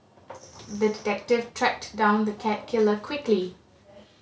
the detective tracked down the cat killer quickly